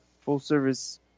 full-service